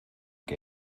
que